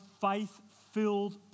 faith-filled